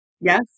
Yes